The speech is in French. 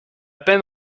peine